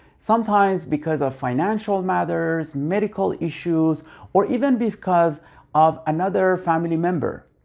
sometimes because of financial matters, medical issues or even because of another family member.